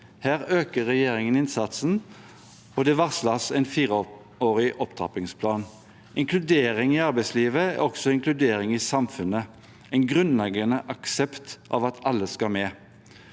Her øker regjeringen innsatsen, og det varsles en fireårig opptrappingsplan. Inkludering i arbeidslivet er også inkludering i samfunnet, en grunnleggende aksept av at alle skal med.